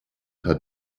hat